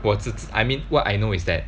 我只只 I mean what I know is that